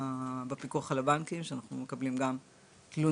בפיקוח על הבנקים שאנחנו מקבלים גם תלונות,